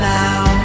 now